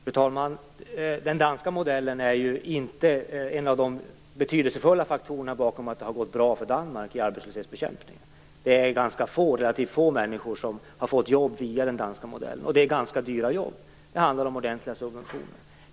Fru talman! Den danska modellen är inte en av de betydelsefulla faktorerna bakom att det har gått bra för Danmark i arbetslöshetsbekämpningen. Det är relativt få människor som har fått jobb via den modellen, och jobben är ganska dyra. Det handlar om ordentliga subventioner.